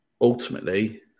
ultimately